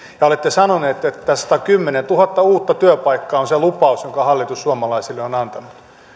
ja olette sanonut että että satakymmentätuhatta uutta työpaikkaa on se lupaus jonka hallitus suomalaisille on antanut